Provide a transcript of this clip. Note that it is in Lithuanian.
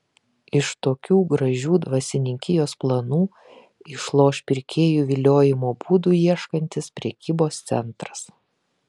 iš tokių gražių dvasininkijos planų išloš pirkėjų viliojimo būdų ieškantis prekybos centras